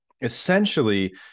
Essentially